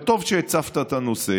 אבל טוב שהצפת את הנושא,